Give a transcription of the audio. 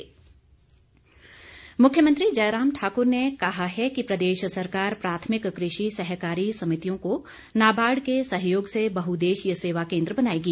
जयराम मुख्यमंत्री जयराम ठाकुर ने कहा है कि प्रदेश सरकार प्राथमिक कृषि सहकारी समितियों को नाबार्ड के सहयोग से बहुउद्देशीय सेवा केन्द्र बनाएगी